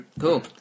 cool